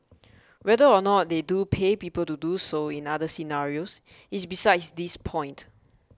whether or not they do pay people to do so in other scenarios is besides this point